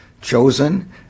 chosen